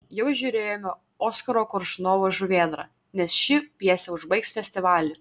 jau žiūrėjome oskaro koršunovo žuvėdrą nes ši pjesė užbaigs festivalį